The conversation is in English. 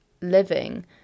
living